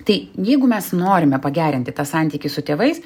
tai jeigu mes norime pagerinti tą santykį su tėvais